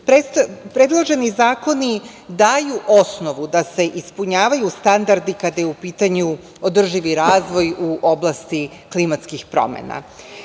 tranzicije. Predloženi zakoni daju osnovu da se ispunjavaju standardi kada je u pitanju održivi razvoj u oblasti klimatskih promena. Da